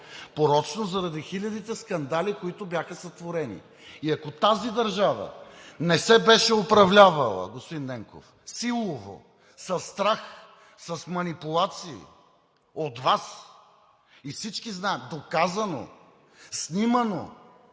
Порочно заради хилядите скандали, които бяха сътворени! И ако тази държава не се беше управлявала, господин Ненков, силово, със страх, с манипулации от Вас, и всички знаем – доказано, снимано,